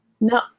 No